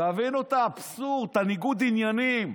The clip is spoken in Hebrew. תבינו את האבסורד, את ניגוד העניינים.